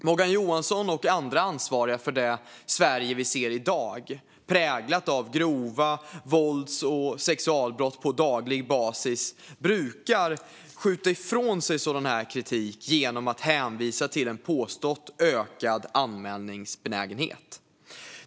Morgan Johansson och andra ansvariga för det Sverige vi ser i dag, präglat av grova vålds och sexualbrott på daglig basis, brukar skjuta ifrån sig sådan kritik genom att hänvisa till en påstådd ökad anmälningsbenägenhet.